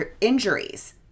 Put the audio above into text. injuries